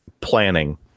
planning